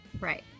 Right